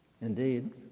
Indeed